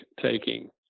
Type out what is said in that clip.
taking